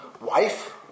Wife